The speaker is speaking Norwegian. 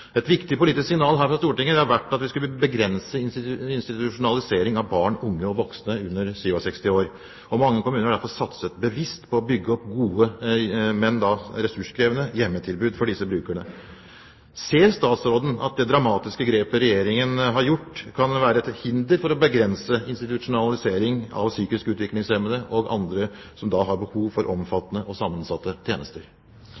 Et viktig politisk signal fra Stortinget har vært at vi skulle begrense en institusjonalisering av barn, unge og voksne under 67 år, og mange kommuner har derfor satset bevisst på å bygge opp gode, men da ressurskrevende hjemmetilbud for disse brukerne. Ser statsråden at det dramatiske grepet Regjeringen har gjort, kan være til hinder for å begrense institusjonalisering av psykisk utviklingshemmede og andre som har behov for